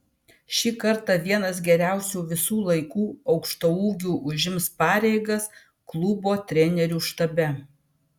šį kartą vienas geriausių visų laikų aukštaūgių užims pareigas klubo trenerių štabe